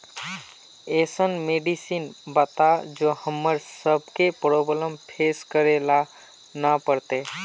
ऐसन मेडिसिन बताओ जो हम्मर सबके प्रॉब्लम फेस करे ला ना पड़ते?